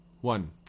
one